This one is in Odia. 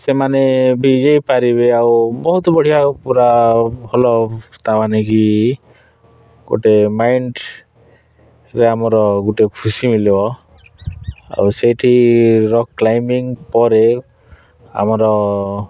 ସେମାନେ ପାରିବେ ଆଉ ବହୁତ ବଢ଼ିଆ ପୁରା ଭଲ ତା ମାନେକି ଗୋଟେ ମାଇଣ୍ଡରେ ଆମର ଗୋଟେ ଖୁସି ମିଲିବ ଆଉ ସେଇଠି ରକ୍ କ୍ଲାଇମ୍ବିଂ ପରେ ଆମର